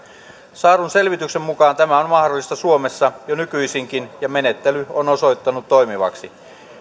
saadun selvityksen mukaan tämä on mahdollista suomessa jo nykyisinkin ja menettely on osoittautunut toimivaksi